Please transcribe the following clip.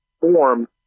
form